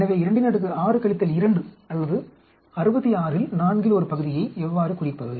எனவே 26 2 அல்லது 66 இன் நான்கில் ஒரு பகுதியை எவ்வாறு குறிப்பது